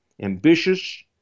ambitious